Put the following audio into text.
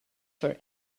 for